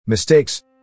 Mistakes